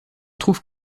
trouve